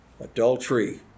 Adultery